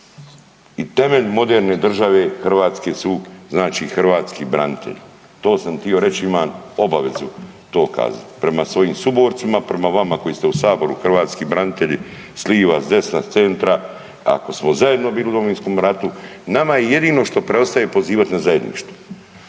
I temelj moderne države su znači hrvatski branitelji. To sam htio reći, imam obavezu to kazati prema svojim suborcima, prema vama koji ste u saboru hrvatski branitelji s liva, s desna, s centra, ako smo zajedno bili u Domovinskom ratu, nama je jedino što preostaje pozivati na zajedništvo.